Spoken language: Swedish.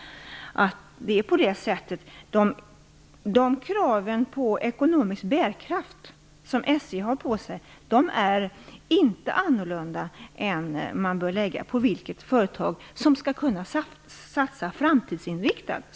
De krav på ekonomisk bärkraft som SJ har på sig är inte annorlunda än de som bör läggas på varje företag som skall kunna satsa framtidsinriktat.